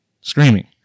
Screaming